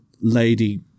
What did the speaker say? Lady